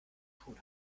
tun